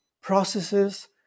processes